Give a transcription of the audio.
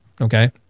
okay